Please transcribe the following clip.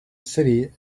city